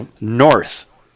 North